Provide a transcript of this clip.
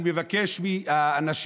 שנת הצוהריים